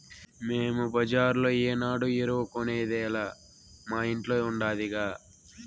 మేము బజార్లో ఏనాడు ఎరువు కొనేదేలా మా ఇంట్ల ఉండాదిగా